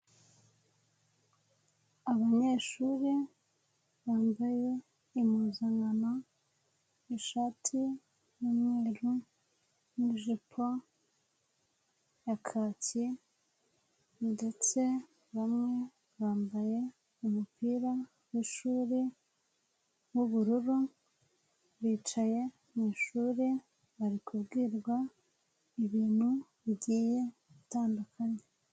Abanyeshuri bambaye impuzankano, ishati y'umweru n'ijipo ya kaki ndetse bamwe bambaye umupira wishuri w'ubururu bicaye mwishuri, bari kubwirwa ibintu bigiye bitandukanye.